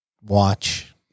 watch